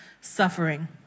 suffering